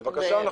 בבקשה.